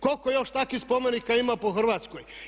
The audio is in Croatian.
Koliko još takvih spomenika ima po Hrvatskoj?